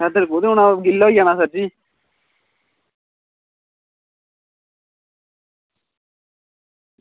पैदल कुत्थें औना गिल्ला होई जाना सर जी